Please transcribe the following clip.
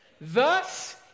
Thus